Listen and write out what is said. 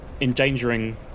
endangering